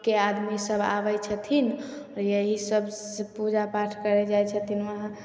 के आदमीसभ आबै छथिन आओर यहीँ सभ से पूजा पाठ करै जाइ छथिन वहाँ